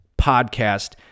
podcast